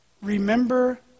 Remember